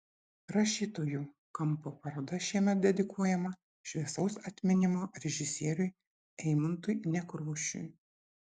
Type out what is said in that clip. rašytojų kampo paroda šiemet dedikuojama šviesaus atminimo režisieriui eimuntui nekrošiui